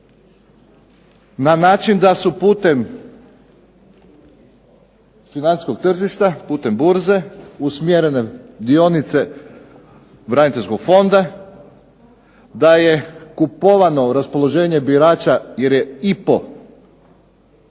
Na način da su putem financijskog tržišta, putem burze usmjerene dionice braniteljskog fonda, da je kupovano raspoloženje birača jer je IPO,